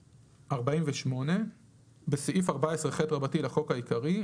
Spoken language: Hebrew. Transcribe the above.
48. בסעיף 14ח לחוק העיקרי,